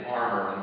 armor